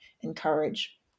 encourage